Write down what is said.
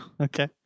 Okay